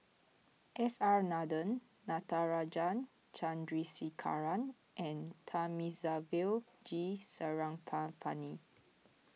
S R Nathan Natarajan Chandrasekaran and Thamizhavel G Sarangapani